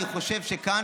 אני חושב שכאן,